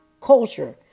culture